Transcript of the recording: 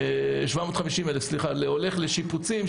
כמעט 1,750,000 הולך לשיפוצים,